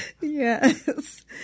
Yes